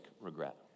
regret